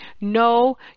no